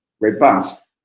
robust